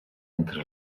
entre